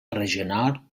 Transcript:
regional